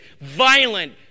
violent